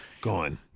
Gone